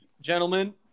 Gentlemen